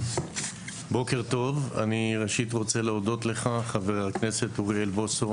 ראשית אני להודות לך חבר הכנסת אוריאל בוסו